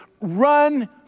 run